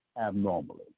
abnormally